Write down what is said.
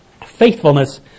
Faithfulness